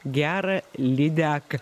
gerą lydeką